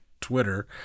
Twitter